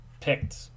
picked